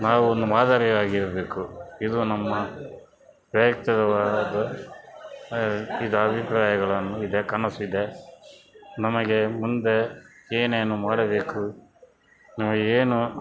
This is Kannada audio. ನಾವು ಒಂದು ಮಾದರಿಯಾಗಿರಬೇಕು ಇದು ನಮ್ಮ ವೈಯಕ್ತಿಕವಾದದ್ದು ಹಾಗೆ ಇದು ಅಭಿಪ್ರಾಯಗಳನ್ನು ಇದೆ ಕನಸಿದೆ ನಮಗೆ ಮುಂದೆ ಏನೇನು ಮಾಡಬೇಕು ನಮಗೇನು